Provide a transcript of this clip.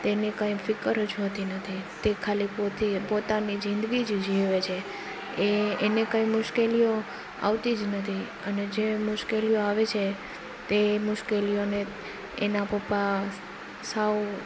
તેને કાંઈ ફિકર જ હોતી નથી તે ખાલી પોતે પોતાની જિંદગી જ જીવે છે એ એને કંઈ મુશ્કેલીઓ આવતી જ નથી અને જે મુશ્કેલીઓ આવે છે તે મુશ્કેલીઓને એના પપ્પા સાવ